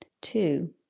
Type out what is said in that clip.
Two